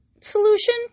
solution